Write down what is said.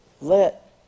let